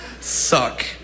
Suck